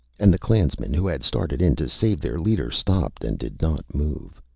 and the clansmen who had started in to save their leader stopped and did not move.